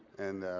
and,